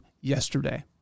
yesterday